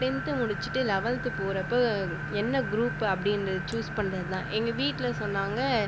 tenth முடிச்சிட்டு eleventh போகிறப்ப என்ன க்ரூப் அப்படினு சூஸ் பண்ணுறது தான் எங்கள் வீட்டில் சொன்னாங்க